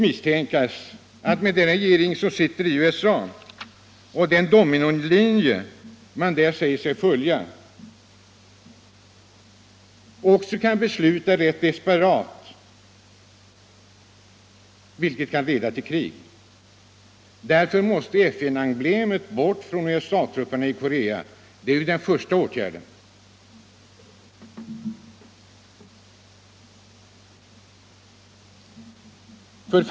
Med hänsyn till den regering som sitter i USA och med hänsyn till den dominolinje den säger sig följa, kan man misstänka att denna regering kan besluta rätt desperat vilket kan leda till krig. Därför måste FN-emblemet bort från USA-trupperna i Korea — det är den första åtgärd som måste vidtas.